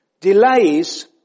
delays